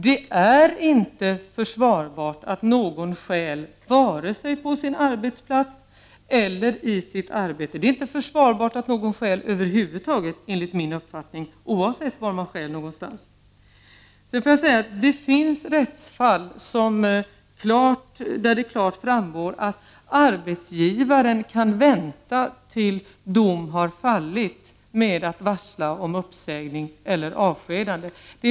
Det är inte försvarbart att någon stjäl vare sig på sin arbetsplats eller i sitt arbete. Det är inte försvarbart att någon stjäl över huvud taget, enligt min uppfattning, oavsett var man stjäl. Det finns rättsfall där det klart framgår att arbetsgivaren kan vänta tills dom har fallit med att varsla om uppsägning eller avskedande.